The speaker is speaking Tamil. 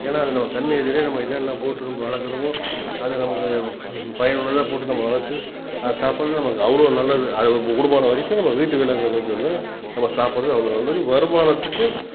ஏன்னா அது நம்ம கண் எதிரே என்னென்ன போட்டு வளர்க்குறோமோ அது நமக்கு பயனுள்ளதாக போட்டு நம்ம வளர்த்து அதை சாப்பிட்றது நமக்கு அவ்வளோ நல்லது நம்ம கூடமானம் வரைக்கும் வீட்டு வளர்க்குறத நம்ம சாப்பிட்றது அவ்வளோ நல்லது வருமானத்துக்கும்